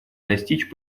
достичь